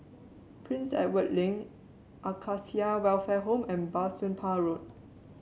Prince Edward Link Acacia Welfare Home and Bah Soon Pah Road